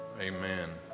amen